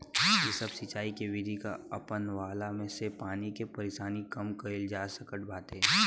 इ सब सिंचाई के विधि अपनवला से पानी के परेशानी के कम कईल जा सकत बाटे